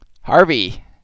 Harvey